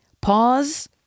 Pause